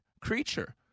creature